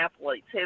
athletes